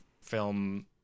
film